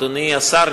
אדוני השר,